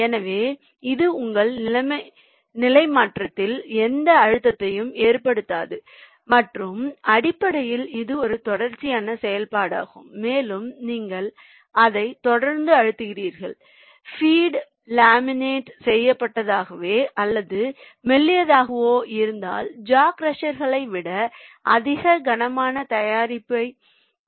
எனவே இது உங்கள் நிலைமாற்றத்தில் எந்த அழுத்தத்தையும் ஏற்படுத்தாது மற்றும் அடிப்படையில் இது ஒரு தொடர்ச்சியான செயல்பாடாகும் மேலும் நீங்கள் அதை தொடர்ந்து அழுத்துகிறீர்கள் ஃபீட் லேமினேட் செய்யப்பட்டதாகவோ அல்லது மெல்லியதாகவோ இருந்தால் ஜா க்ரஷர்களை விட அவை அதிக கனமான தயாரிப்பைக் கொடுக்க முனைகின்றன